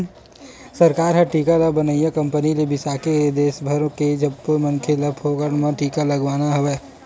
सरकार ह टीका ल बनइया कंपनी ले बिसाके के देस भर के सब्बो मनखे ल फोकट म टीका लगवावत हवय